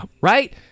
Right